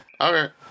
okay